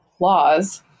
laws